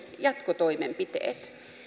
jatkotoimenpiteet